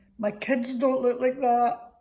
my kids don't look like ah